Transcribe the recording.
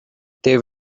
they